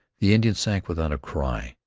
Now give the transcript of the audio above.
the indian sank without a cry,